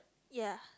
ya